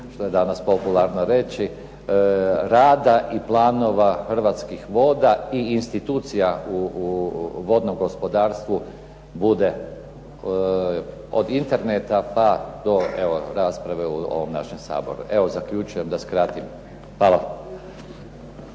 danas popularno rečeno, rada i planova Hrvatskih voda i institucija u vodnom gospodarstvu bude od interneta, pa do rasprave u ovom našem Saboru. Evo zaključujem da skratim. Hvala.